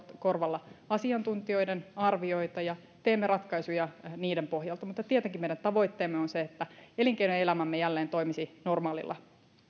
korvalla asiantuntijoiden arvioita ja teemme ratkaisuja niiden pohjalta mutta tietenkin meidän tavoitteemme on se että elinkeinoelämämme jälleen toimisi normaalilla